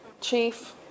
chief